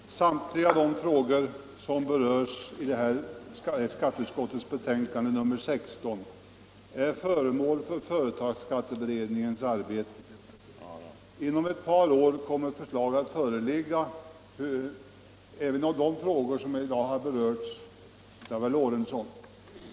Herr talman! Samtliga de frågor som berörs i skatteutskottets betänkande nr 16 är föremål för företagsskatteberedningens arbete. Inom ett par år kommer förslag att föreligga även i de frågor som i dag har tagits upp av herr Lorentzon.